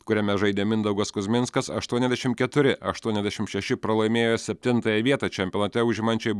kuriame žaidė mindaugas kuzminskas aštuoniasdešimt keturi aštuoniasdešimt šeši pralaimėjo septintąją vietą čempionate užimančiai